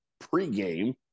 pregame